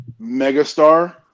megastar